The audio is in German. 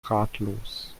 ratlos